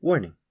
Warning